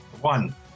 One